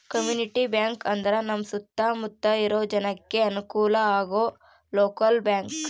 community bank ಅಂದ್ರ ನಮ್ ಸುತ್ತ ಮುತ್ತ ಇರೋ ಜನಕ್ಕೆ ಅನುಕಲ ಆಗೋ ಲೋಕಲ್ ಬ್ಯಾಂಕ್